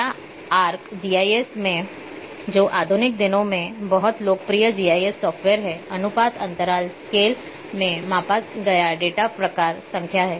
या Arc GIS में जो आधुनिक दिनों में बहुत लोकप्रिय जीआईएस सॉफ्टवेयर है अनुपात अंतराल स्केल में मापा गया डेटा प्रकार संख्या है